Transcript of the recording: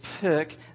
pick